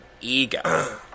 ego